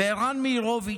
ערן מאירוביץ',